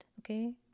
okay